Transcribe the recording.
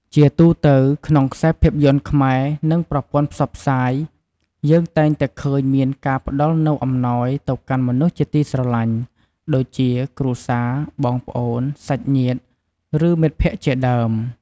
ជាទូទៅ ក្នុងខ្សែភាពយន្តខ្មែរ និង ប្រព័ន្ធផ្សព្វផ្សាយ យើងតែងតែឃើញមានការផ្ដល់ជូនអំណោយទៅកាន់មនុស្សជាទីស្រឡាញ់ ដូចជា គ្រួសារ បងប្អូន សាច់ញាតិ ឬ មិត្តភក្តិជាដើម។